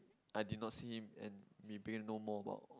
I did not see him and you begin to know more about